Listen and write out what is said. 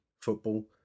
football